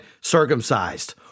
circumcised